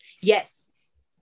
Yes